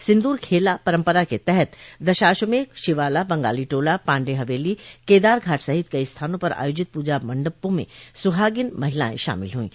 सिन्द्र खेला परम्परा के तहत दशाश्वमेघ शिवाला बंगाली टोलॉ पाण्डे हवेली केदार घाट सहित कई स्थानों पर आयोजित पूजा मण्डपो में सुहागिन महिलायें शामिल हुईं